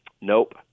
Nope